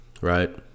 right